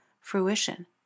fruition